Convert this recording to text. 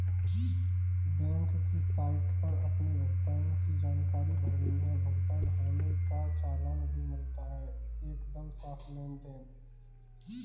bank की site पर अपने भुगतान की जानकारी भरनी है, भुगतान होने का चालान भी मिलता है एकदम साफ़ लेनदेन